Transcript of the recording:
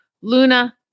Luna